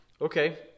Okay